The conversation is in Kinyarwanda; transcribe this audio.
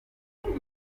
numva